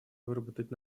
выработать